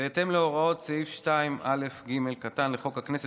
בהתאם להוראות סעיף 2א(ג) לחוק הכנסת,